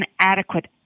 inadequate